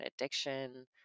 addiction